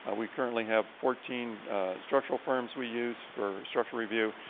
ah we currently have fourteen structural firms we use for structural review.